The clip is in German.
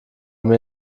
mir